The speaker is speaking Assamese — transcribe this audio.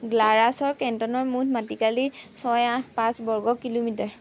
গ্লাৰাছৰ কেণ্টনৰ মুঠ মাটিকালি ছয় আঠ পাঁচ বৰ্গ কিলোমিটাৰ